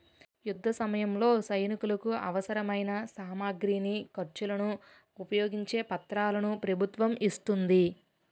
యుద్ధసమయంలో సైనికులకు అవసరమైన సామగ్రిని, ఖర్చులను ఉపయోగించే పత్రాలను ప్రభుత్వం ఇస్తోంది